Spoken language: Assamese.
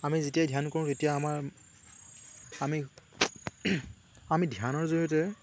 আমি যেতিয়া ধ্যান কৰোঁ তেতিয়া আমাৰ আমি আমি ধ্যানৰ জৰিয়তে